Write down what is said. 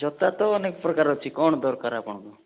ଜୋତା ତ ଅନେକ ପ୍ରକାର ଅଛି କ'ଣ ଦରକାର ଆପଣଙ୍କୁ